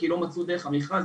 כי לא מצאו דרך המכרז.